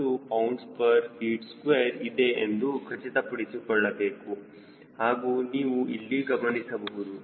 2 lbft2 ಇದೆ ಎಂದು ಖಚಿತಪಡಿಸಿಕೊಳ್ಳಬೇಕು ಹಾಗೂ ನೀವು ಇಲ್ಲಿ ಗಮನಿಸಬಹುದು